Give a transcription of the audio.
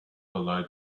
below